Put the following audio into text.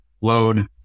load